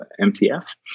MTF